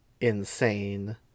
insane